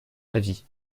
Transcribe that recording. avis